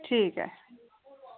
ठीक ऐ